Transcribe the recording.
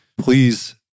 Please